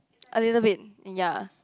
a little bit ya